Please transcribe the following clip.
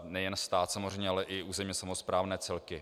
Nejen stát samozřejmě, ale myšleno i územně samosprávné celky.